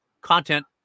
content